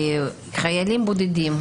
חיילים בודדים,